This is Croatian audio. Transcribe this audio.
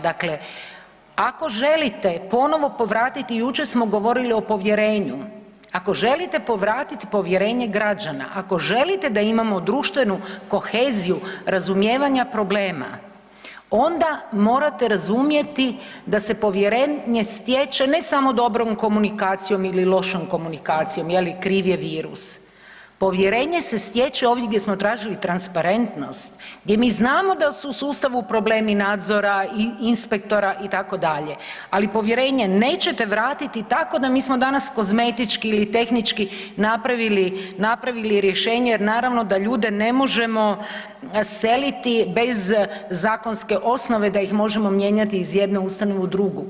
Dakle, ako želite ponovo povratiti, jučer smo govorili o povjerenju, ako želite povratiti povjerenje građana, ako želite da imamo društvenu koheziju razumijevanja problema onda morate razumjeti da se povjerenje stječe ne samo dobrom komunikacijom ili lošom komunikacijom je li kriv je virus, povjerenje se stječe ovdje gdje smo tražili transparentnost, gdje mi znamo da su u sustavu problemi nadzora i inspektora itd., ali povjerenje nećete vratiti tako, mi smo danas kozmetički ili tehnički napravili, napravili rješenje jer naravno da ljude ne možemo seliti bez zakonske osnove da ih možemo mijenjati iz jedne ustanove u drugu.